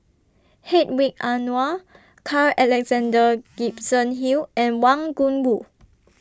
Hedwig Anuar Carl Alexander Gibson Hill and Wang Gungwu